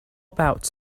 about